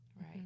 Right